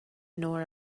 nor